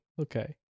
Okay